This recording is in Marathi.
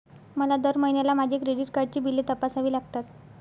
मला दर महिन्याला माझ्या क्रेडिट कार्डची बिले तपासावी लागतात